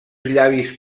llavis